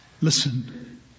Listen